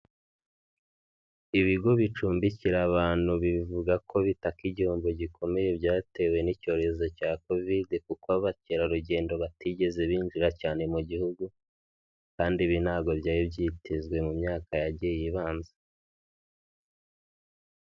Ibigo bicumbikira abantu bivuga ko bitaka igihombo gikomeye byatewe n'icyorezo cya Kovide, kuko abakerarugendo batigeze binjira cyane mu gihugu, kandi ibi ntabwo byari byitezwe mu myaka yagiye ibanza.